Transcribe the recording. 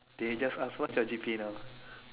they just ask what's your G_P_A now